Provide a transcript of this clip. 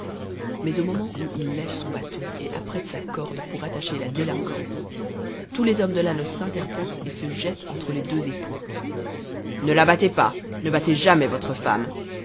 mais au moment où il lève son bâton et apprête sa corde pour attacher la délinquante tous les hommes de la noce s'interposent et se jettent entre les deux époux ne la battez pas ne battez jamais votre femme